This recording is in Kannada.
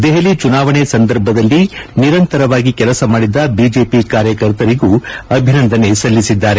ದೆಹಲಿ ಚುನಾವಣೆ ಸಂದರ್ಭದಲ್ಲಿ ನಿರಂತರವಾಗಿ ಕೆಲಸ ಮಾಡಿದ ಬಿಜೆಪಿ ಕಾರ್ಯಕರ್ತರಿಗೂ ಅಭಿನಂದನೆ ಸಲ್ಲಿಸಿದ್ದಾರೆ